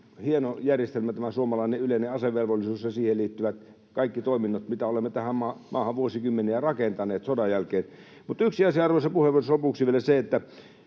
hieno järjestelmä, tämä suomalainen yleinen asevelvollisuus ja siihen liittyvät kaikki toiminnot, mitä olemme tähän maahan vuosikymmeniä rakentaneet sodan jälkeen. Mutta yksi asia, arvoisa puhemies, lopuksi vielä, se,